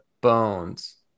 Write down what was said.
Bones